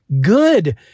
good